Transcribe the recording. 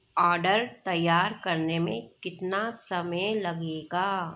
order तैयार करने में कितना समय लगेगा